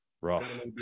rough